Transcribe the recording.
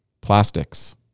Plastics